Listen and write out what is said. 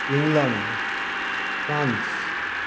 England France